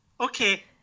Okay